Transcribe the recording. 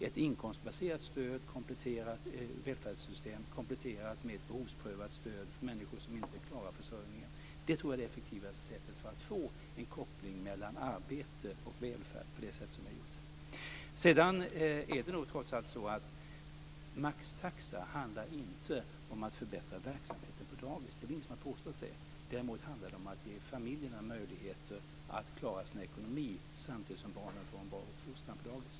Ett inkomstbaserat välfärdssystem kompletterat med ett behovsprövat stöd för människor som inte klarar försörjningen tror jag är det effektivaste sättet att få en koppling mellan arbete och välfärd på det sätt som vi har gjort. Sedan handlar ju maxtaxan trots allt inte om att förbättra verksamheten på dagis. Det är väl ingen som har påstått det. Däremot handlar den om att ge familjerna möjligheter att klara sin ekonomi samtidigt som barnen får en bra uppfostran på dagis.